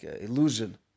illusion